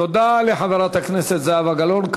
תודה לחברת הכנסת זהבה גלאון.